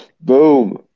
Boom